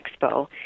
Expo